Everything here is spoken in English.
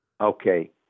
Okay